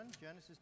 Genesis